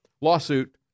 lawsuit